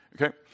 okay